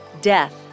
Death